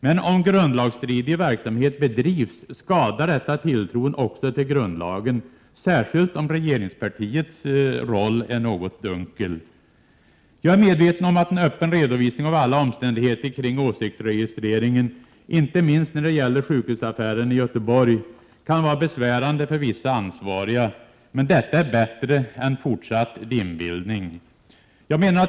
Men om grundlagsstridig verksamhet bedrivs skadar detta tilltron också till grundlagen, särskilt om regeringspartiets roll är något dunkel. Jag är medveten om att en öppen redovisning av alla omständigheter kring åsiktsregistreringen — inte minst när det gäller sjukhusaffären i Göteborg — kan vara besvärande för vissa ansvariga. Men detta är bättre än fortsatt dimbildning.